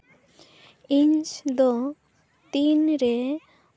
ᱤᱧ ᱫᱚ ᱛᱤᱱ ᱨᱮ